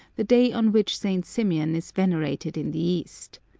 the day on which st. symeon is venerated in the east.